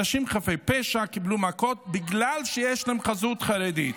אנשים חפים מפשע קיבלו מכות בגלל שיש להם חזות חרדית.